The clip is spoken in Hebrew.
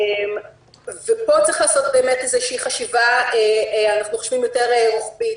פה צריך לעשות איזו חשיבה יותר רוחבית.